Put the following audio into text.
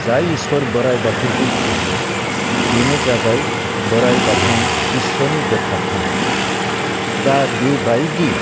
जाय इसोर बोराइ बाथौखौ फुजियो बेनो जाबाय बोराइ बाथौ इसोरनि गोथार धान दा बेबायदि